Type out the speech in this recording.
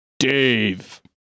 Dave